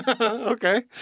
Okay